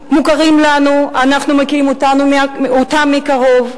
הם מוכרים לנו, אנחנו מכירים אותם מקרוב,